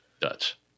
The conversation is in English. Dutch